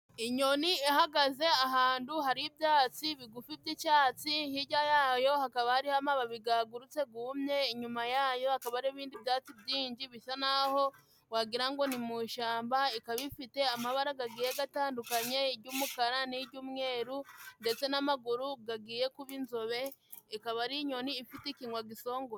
Inyoni ihagaze ahandu hari ibyatsi bigufi by'icyatsi. Hirya yayo hakaba hariho amababi gagurutse gumye. Inyuma yayo akaba hariho ibindi byatsi byinshi bisa naho wagira ngo ni mu ishamba, ikaba ifite amabara gagiye gatandukanye, iry'umukara n'iry'umweru ndetse n'amaguru gagiye kuba inzobe, ikaba ari inyoni ifite ikinwa gisongoye.